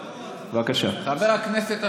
(חבר הכנסת יעקב אשר יוצא מאולם המליאה.) חבר הכנסת אשר,